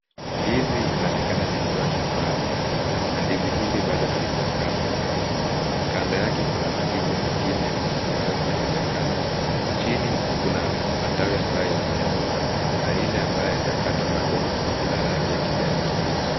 Ndizi linaonekana likiwa shambani na ndizi hili bado halijakatwa, kando yake kuna mandizi mengine ambayo pia haijakatwa. Chini kuna matawi ambayo yamenyauka na ile ambayo haijakatwa bado ina rangi ya kijani kibichi.